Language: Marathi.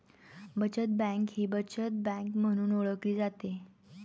बचत बँक ही बचत बँक म्हणून ओळखली जाते